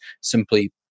simply